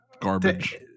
garbage